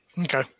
Okay